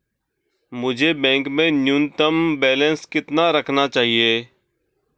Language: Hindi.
मुझे बैंक में न्यूनतम बैलेंस कितना रखना चाहिए?